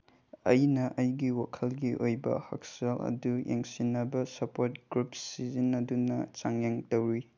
ꯑꯩꯅ ꯑꯩꯒꯤ ꯋꯥꯈꯜꯒꯤ ꯑꯣꯏꯕ ꯍꯛꯁꯦꯜ ꯑꯗꯨ ꯌꯦꯡꯁꯤꯟꯅꯕ ꯁꯄꯣꯔꯠ ꯒ꯭ꯔꯨꯞ ꯁꯤꯖꯤꯟꯅꯗꯨꯅ ꯆꯥꯡꯌꯦꯡ ꯇꯧꯔꯤ